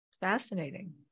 Fascinating